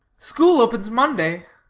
school opens monday.